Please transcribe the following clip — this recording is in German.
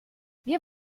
wir